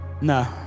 No